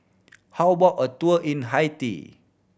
how about a tour in Haiti